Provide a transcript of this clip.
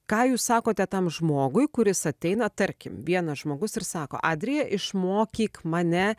ką jūs sakote tam žmogui kuris ateina tarkim vienas žmogus ir sako adrija išmokyk mane